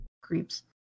creeps